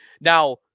Now